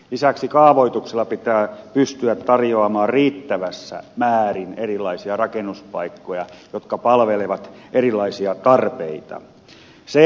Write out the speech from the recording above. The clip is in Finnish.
lisäksi kaavoituksella pitää pystyä tarjoamaan riittävässä määrin erilaisia rakennuspaikkoja jotka palvelevat erilaisia tarpeita